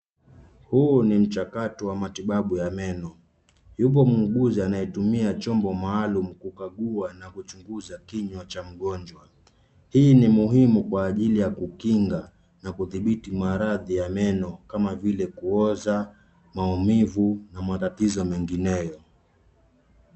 Huu ni mchakato wa matibabu ya meno. Yuko muuguzi anayetumia chombo maalum kukagua na kuchunguza kinywa cha mgonjwa. Hii ni muhimu kwa ajili ya kukinga na kudhibiti maradhi ya meno kama vile kuoza, maumivu na matatizo mengineyo.